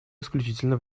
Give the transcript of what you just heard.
исключительно